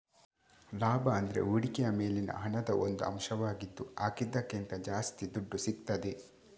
ಲಾಭ ಅಂದ್ರೆ ಹೂಡಿಕೆಯ ಮೇಲಿನ ಹಣದ ಒಂದು ಅಂಶವಾಗಿದ್ದು ಹಾಕಿದ್ದಕ್ಕಿಂತ ಜಾಸ್ತಿ ದುಡ್ಡು ಸಿಗ್ತದೆ